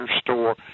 store